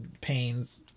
pains